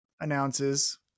announces